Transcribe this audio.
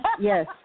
Yes